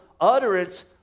utterance